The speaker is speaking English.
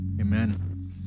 Amen